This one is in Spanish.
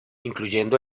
incluyendo